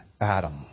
Adam